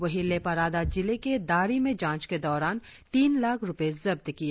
वही लेपा राडा जिले के डारी में जांच के दौरान तीन लाख रुपए जब्त किए